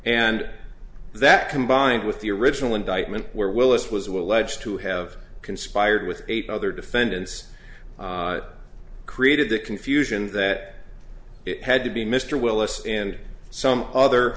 and that combined with the original indictment where willis was were alleged to have conspired with eight other defendants created the confusion that it had to be mr willis and some other